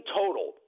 total